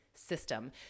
system